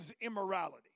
immorality